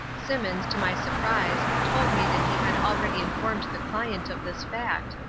simmons, to my surprise, told me that he had already informed the client of this fact,